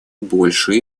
больше